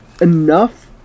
enough